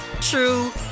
true